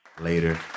later